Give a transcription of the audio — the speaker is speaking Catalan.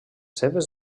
seves